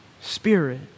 spirit